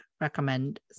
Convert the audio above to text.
recommend